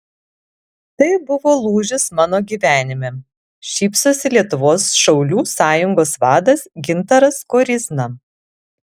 tai buvo lūžis mano gyvenime šypsosi lietuvos šaulių sąjungos vadas gintaras koryzna